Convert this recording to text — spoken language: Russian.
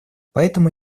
поэтому